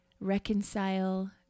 reconcile